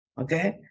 Okay